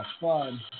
fun